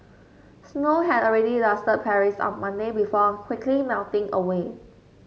snow had already dusted Paris on Monday before quickly melting away